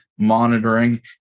monitoring